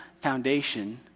foundation